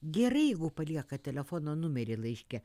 gerai jeigu paliekat telefono numerį laiške